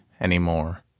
anymore